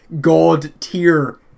god-tier